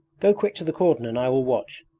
go quick to the cordon and i will watch.